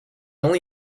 only